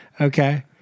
Okay